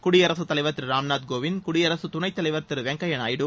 குடியரகத் தலைவர் திரு ராம்நாத் கோவிந்த் குடியரசு துணைத் தலைவர் திரு வெங்கைய நாயுடு